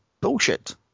bullshit